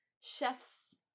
chef's